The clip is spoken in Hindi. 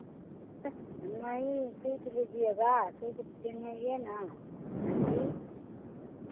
नहीं सूट लीजिएगा सूट पहनाइए ना जी